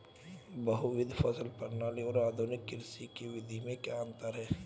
बहुविध फसल प्रणाली और आधुनिक कृषि की विधि में क्या अंतर है?